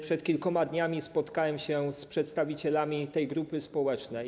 Przed kilkoma dniami spotkałem się z przedstawicielami tej grupy społecznej.